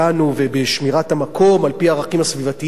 ובשמירת המקום על-פי הערכים הסביבתיים,